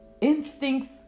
instincts